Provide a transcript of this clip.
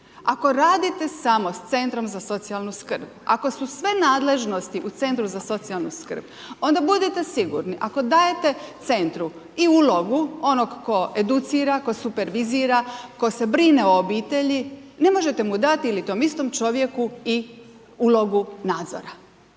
Ako radite samo s Centrom za socijalnu skrb, ako su sve nadležnosti u Centru za socijalnu skrb onda budite sigurni ako dajete Centru i ulogu onog tko educira, tko supervizira, tko se brine o obitelji, ne možete mu dati ili tom istom čovjeku i ulogu nadzora.